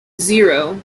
zero